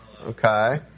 okay